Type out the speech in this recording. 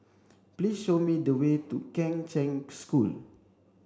please show me the way to Kheng Cheng School